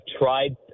tried